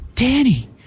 Danny